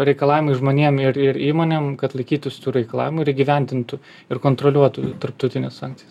reikalavimai žmonėm ir ir įmonėm kad laikytųsi tų reikalavimų ir įgyvendintų ir kontroliuotų tarptautines sankcijas